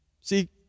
See